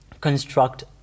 construct